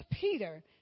Peter